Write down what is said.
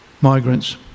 migrants